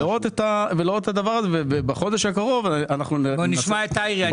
ולראות את הדבר הזה, ובחודש הקרוב אנחנו נעשה.